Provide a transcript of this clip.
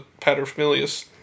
paterfamilias